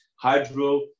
hydro